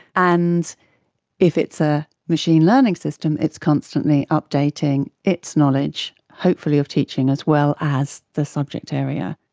and if it's a machine learning system it's constantly updating its knowledge, hopefully of teaching as well as the subject area.